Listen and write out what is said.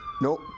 nope